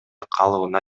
калыбына